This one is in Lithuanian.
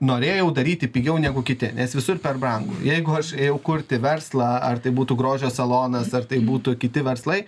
norėjau daryti pigiau negu kiti nes visur per brangu jeigu aš ėjau kurti verslą ar tai būtų grožio salonas ar tai būtų kiti verslai